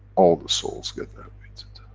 all the souls get elevated,